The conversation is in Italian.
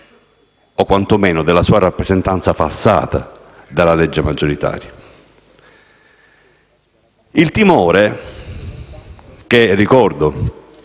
o quantomeno della sua rappresentanza passata dalla legge maggioritaria. Il timore che, ricordo,